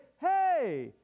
Hey